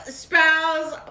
spouse